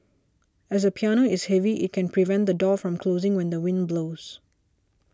as a piano is heavy it can prevent the door from closing when the wind blows